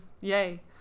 yay